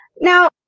Now